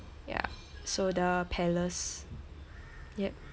yeah so the palace yup